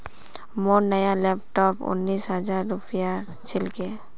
मोर नया लैपटॉप उन्नीस हजार रूपयार छिके